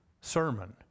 sermon